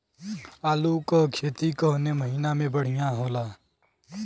आलू क खेती कवने महीना में बढ़ियां होला?